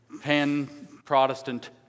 pan-Protestant